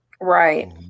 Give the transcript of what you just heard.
Right